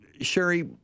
Sherry